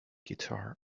guitar